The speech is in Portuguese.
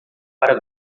para